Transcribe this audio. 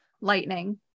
lightning